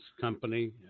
company